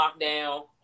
lockdown